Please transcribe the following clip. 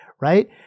Right